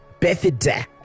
birthday